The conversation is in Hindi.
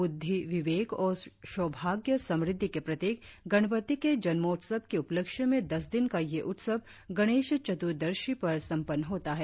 बुद्धि विवेक और सौभाग्य समृद्धि के प्रतीक गणपति के जनमोत्सव के उपलक्ष्य में दस दिन का यह उत्सव गणेश चतुर्दशी पर संपन्न होता है